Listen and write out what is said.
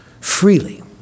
freely